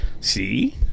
see